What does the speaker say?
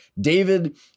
David